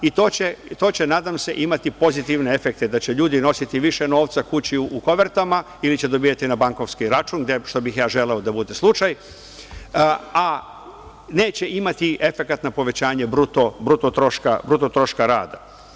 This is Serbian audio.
To će nadam se, imati pozitivne efekte, da će ljudi nositi više novca u kovertama ili će dobijati na bankovni račun, što bih želeo da bude slučaj, a neće imati efekat na povećanje bruto troška rada.